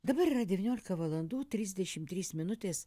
dabar yra devyniolika valandų trisdešim trys minutės